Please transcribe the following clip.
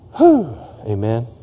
Amen